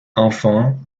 enfant